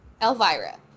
Elvira